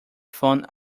phone